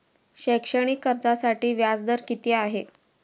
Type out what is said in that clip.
शैक्षणिक कर्जासाठी व्याज दर किती आहे?